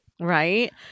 right